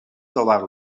trobar